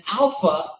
alpha